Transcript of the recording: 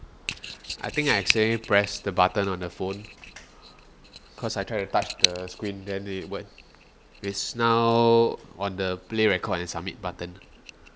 I think I accidentally press the button on the phone cause I try to touch the screen then they went just now on the play record and submit button